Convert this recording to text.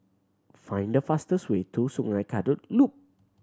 find the fastest way to Sungei Kadut Loop